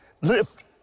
Lift